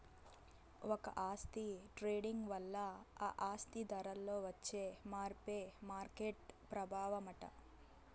ఒక ఆస్తి ట్రేడింగ్ వల్ల ఆ ఆస్తి ధరలో వచ్చే మార్పే మార్కెట్ ప్రభావమట